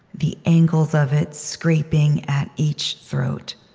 the angles of it scraping at each throat,